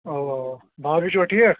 اَوا اَوا باقٕے چھِوا ٹھیٖک